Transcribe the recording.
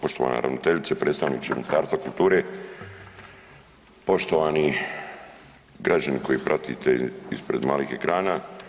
Poštovana ravnateljice, predstavniče Ministarstva kulture, poštovani građani koji pratite ispred malih ekrana.